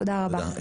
תודה רבה.